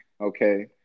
Okay